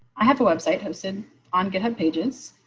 i have a website hosted on github pages.